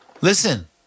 Listen